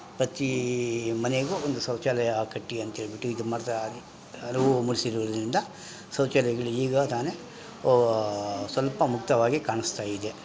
ಪ್ರತಿ ಮನೆಗೂ ಒಂದು ಶೌಚಾಲಯ ಕಟ್ಟಿ ಅಂತ ಹೇಳ್ಬಿಟ್ಟು ಈಗ ಅರಿವು ಮೂಡಿಸಿರೋದ್ರಿಂದ ಶೌಚಾಲಯಗಳು ಈಗ ತಾನೆ ಸ್ವಲ್ಪ ಮುಕ್ತವಾಗಿ ಕಾಣಿಸ್ತಾ ಇದೆ